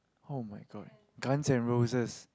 [oh]-my-god guns and roses